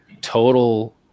total